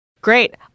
Great